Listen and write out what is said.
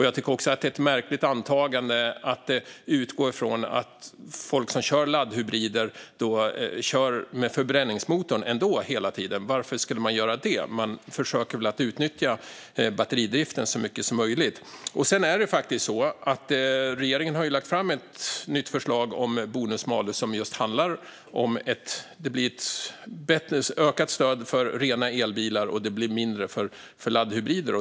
Jag tycker även att det är ett märkligt antagande att folk som kör laddhybrider skulle köra med förbränningsmotorn hela tiden - varför skulle man göra det? Man försöker väl utnyttja batteridriften så mycket som möjligt. Sedan är det faktiskt så att regeringen har lagt fram ett nytt förslag om bonus malus som just innebär ett ökat stöd till rena elbilar och ett minskat till laddhybrider.